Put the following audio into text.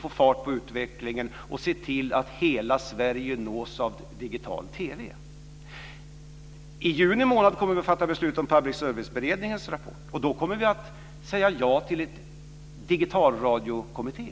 få fart på utvecklingen och se till att hela Sverige nås av digital TV. I juni månad kommer vi att fatta beslut om Public service-beredningens rapport, och då kommer vi att säga ja till en digitalradiokommitté.